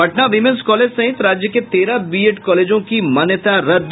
Patna women's college सहित राज्य के तेरह बीएड कॉलेजों की मान्यता रद्द